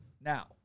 Now